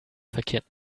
verkehrt